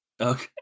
Okay